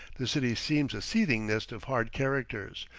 the city seems a seething nest of hard characters,